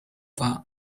that